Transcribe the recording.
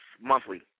monthly